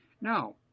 Now